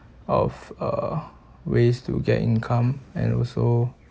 of uh ways to get income and also